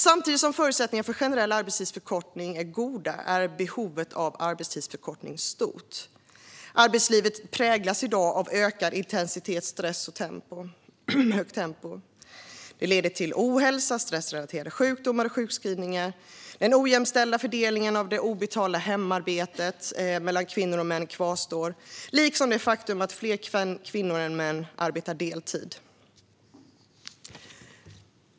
Samtidigt som förutsättningarna för en generell arbetstidsförkortning är goda är behovet av arbetstidsförkortning stort. Arbetslivet präglas i dag av ökad intensitet, stress och högt tempo. Detta leder till ohälsa, stressrelaterade sjukdomar och sjukskrivningar. Den ojämställda fördelningen av det obetalda hemarbetet mellan kvinnor och män kvarstår, liksom det faktum att fler kvinnor än män arbetar deltid.